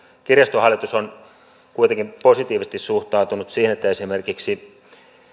kirjaston hallitus on kuitenkin positiivisesti suhtautunut siihen että esimerkiksi